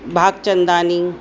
Bhagchandani